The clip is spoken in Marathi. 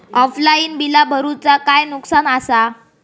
ऑफलाइन बिला भरूचा काय नुकसान आसा?